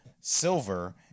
silver